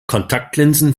kontaktlinsen